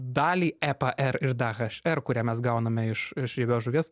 dalį epr ir dhr kurią mes gauname iš iš riebios žuvies